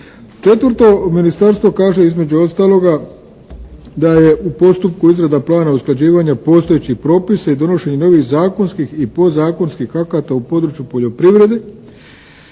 Četvrto. Ministarstvo kaže između ostaloga da je u postupku izrada plana usklađivanja postojećih propisa i donošenje novih zakonskih i podzakonskih akata u području poljoprivrede